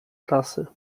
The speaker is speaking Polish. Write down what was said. klasy